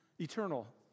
eternal